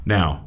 Now